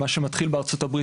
מה שמתחיל בארצות הברית,